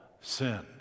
sin